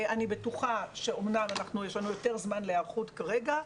אני בטוחה שאמנם יש לנו יותר זמן להיערכות כרגע,